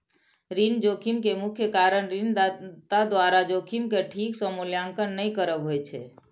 ऋण जोखिम के मुख्य कारण ऋणदाता द्वारा जोखिम के ठीक सं मूल्यांकन नहि करब होइ छै